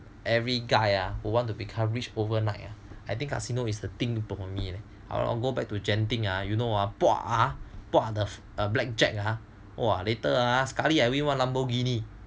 every guy ah will want to become rich overnight ah I think casino is the thing for me and I'll go back to genting ah you know puah ah the black jack ah !wah! later ah sekali I win one Lamborghini